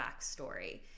backstory